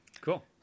cool